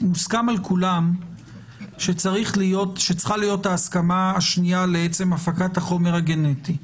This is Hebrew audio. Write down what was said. מוסכם על כולם שצריכה להיות ההסכמה השנייה להפקת החומר הגנטי.